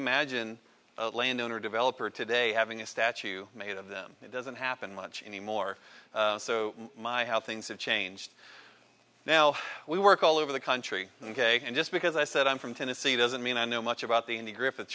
imagine a landowner a developer today having a statue made of them it doesn't happen much anymore so my how things have changed now we work all over the country and just because i said i'm from tennessee doesn't mean i know much about the any griffith